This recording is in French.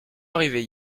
arrivés